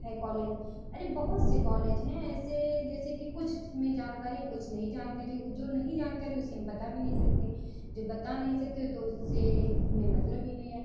है कॉलेज अरे बहुत से कॉलेज हैं ऐसे जैसे कि कुछ हमें जानकारी हैं कुछ नहीं जानकारी ओ जो नहीं जानकारी है उसे हम बता भी नहीं सकते जब बता नहीं सकते तो उससे हमें मतलब भी नहीं है